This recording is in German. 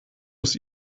aus